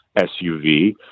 SUV